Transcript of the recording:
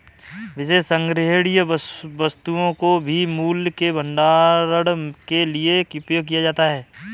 विशेष संग्रहणीय वस्तुओं को भी मूल्य के भंडारण के लिए उपयोग किया जाता है